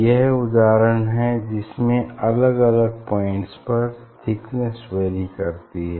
यह उदाहरण है जिसमें अलग अलग पॉइंट्स पर थिकनेस वैरी करती है